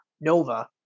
Nova